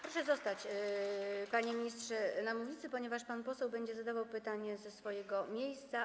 Proszę zostać, panie ministrze, na mównicy, ponieważ pan poseł będzie zadawał pytanie ze swojego miejsca.